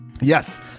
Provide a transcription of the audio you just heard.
Yes